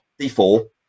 D4